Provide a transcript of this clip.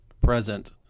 present